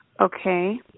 Okay